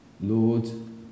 Lord